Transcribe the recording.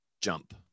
jump